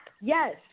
Yes